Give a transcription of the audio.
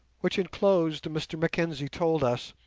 which enclosed, mr mackenzie told us,